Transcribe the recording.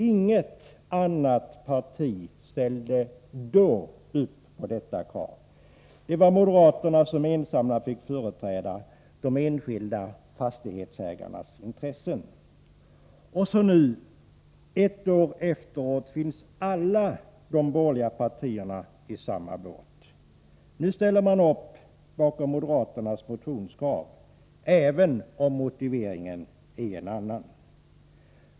Inget annat parti ställde då upp på detta krav. Det var moderaterna som ensamma fick företräda de enskilda fastighetsägarnas intressen. Och så nu, ett år efteråt, finns alla de borgerliga partierna i samma båt. Nu ställer man upp bakom moderaternas motionskrav — även om motiveringen är en annan.